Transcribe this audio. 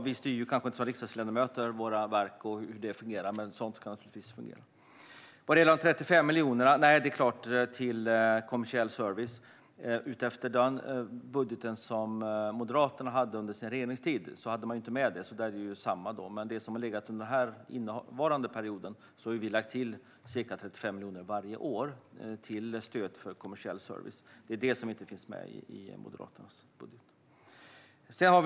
Vi som riksdagsledamöter styr inte våra verk och hur de fungerar, men sådant här ska naturligtvis fungera. Vad gäller de 35 miljonerna till kommersiell service är det så att Moderaterna inte hade med dem i de budgetar man hade under sin regeringstid, så där blir siffran densamma. Men i innevarande periods budgetar har vi lagt till ca 35 miljoner varje år till stöd för kommersiell service. Det är detta som inte finns med i Moderaternas budget.